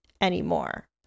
anymore